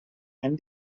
and